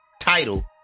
Title